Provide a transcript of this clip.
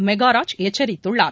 மெகாராஜ் எச்சரித்துள்ளார்